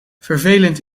vervelend